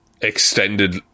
extended